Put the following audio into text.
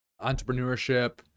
entrepreneurship